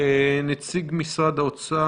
נציגת משרד האוצר.